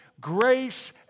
grace